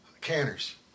Canners